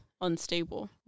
unstable